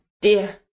dear